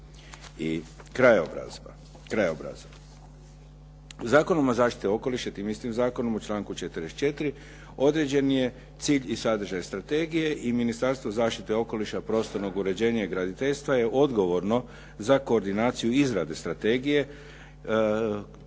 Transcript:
i krajobraza. Zakonom o zaštiti okoliša i tim istim zakonom u članku 44. određen je cilj i sadržaj strategije i Ministarstvo zaštite okoliša, prostornog uređenja i graditeljstva je odgovorno za koordinaciju izrade strategije.